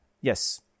Yes